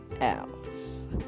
else